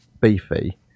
beefy